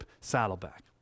Saddleback